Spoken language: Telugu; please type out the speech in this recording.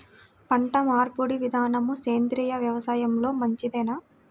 పంటమార్పిడి విధానము సేంద్రియ వ్యవసాయంలో మంచిదేనా?